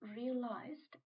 realized